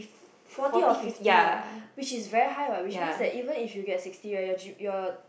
forty and fifty lah which is very high what which mean that even you get sixty your G_P